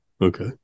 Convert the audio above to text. Okay